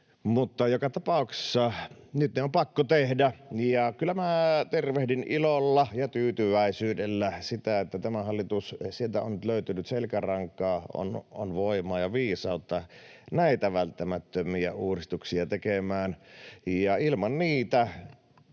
joka tapauksessa nyt ne on pakko tehdä. Kyllä minä tervehdin ilolla ja tyytyväisyydellä sitä, että tältä hallitukselta on nyt löytänyt selkärankaa: on voimaa ja viisautta näitä välttämättömiä uudistuksia tehdä.